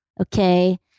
Okay